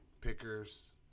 pickers